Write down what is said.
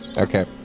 Okay